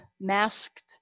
masked